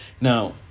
Now